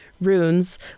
runes